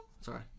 Sorry